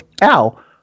Al